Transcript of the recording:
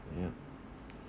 yup